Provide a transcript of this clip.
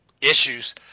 issues